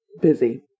Busy